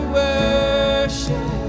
worship